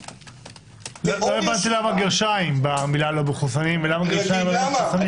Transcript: לא הבנתי למה גרשיים במילה לא מחוסנים ולא במחוסנים?